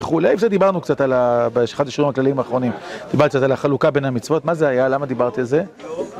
וכולי, על זה דיברנו קצת על, באחד השיעורים הכלליים האחרונים דיברתי קצת על החלוקה בין המצוות, מה זה היה, למה דיברתי על זה?